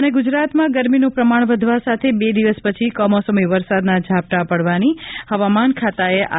ઃ ગુજરાતમાં ગરમીનું પ્રમાણ વધવા સાથે બે દિવસ પછી કમોસમી વરસાદના ઝાપટાં પાડવાની આગાહી હવામાન ખાતાએ કરી છે